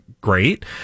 great